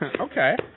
Okay